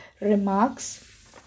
remarks